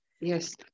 Yes